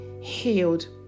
healed